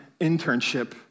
internship